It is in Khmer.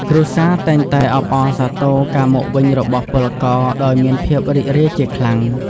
គ្រួសារតែងតែអបអរសាទរការមកវិញរបស់ពលករ ដោយមានភាពរីករាយជាខ្លាំង។